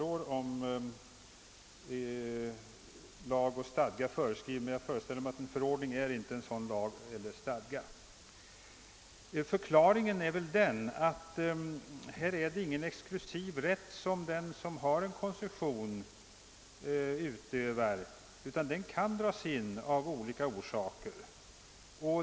Jag föreställer mig att en förordning inte kan betraktas som »lag eller stadga.» Förklaringen är väl den att här gäller det ingen exklusiv rätt för den som har en koncession, utan den kan dras in av olika orsaker.